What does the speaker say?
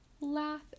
laugh